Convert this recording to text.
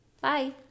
bye